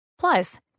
Plus